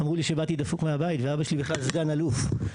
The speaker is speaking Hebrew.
אמרו לי שבאתי דפוק מהבית ואבא שלי בכלל סגן אלוף.